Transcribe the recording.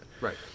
Right